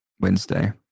wednesday